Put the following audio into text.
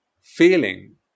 feeling